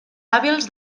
hàbils